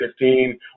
2015